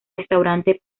restaurantes